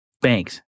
Banks